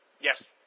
Yes